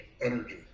energy